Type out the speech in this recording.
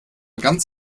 ganz